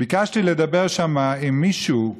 ביקשתי לדבר שם עם מישהו,